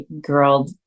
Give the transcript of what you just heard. girl